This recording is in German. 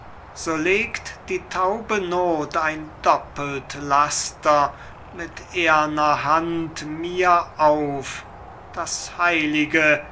so legt die taube noth ein doppelt laster mit ehrner hand mir auf das heilige